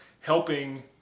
helping